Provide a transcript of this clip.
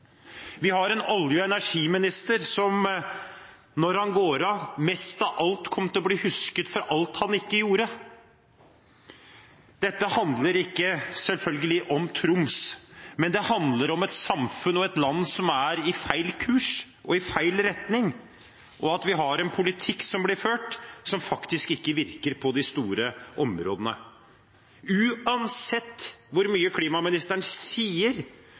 Vi har en olje- og energiminister som – når han går av – mest av alt kommer til å bli husket for alt han ikke gjorde. Dette handler selvfølgelig ikke om Troms, men det handler om et samfunn og et land som er på feil kurs, og som går i feil retning, og vi har en politikk som blir ført, som faktisk ikke virker på de store områdene. Uansett hvor mange ganger klimaministeren sier